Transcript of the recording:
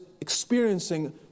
experiencing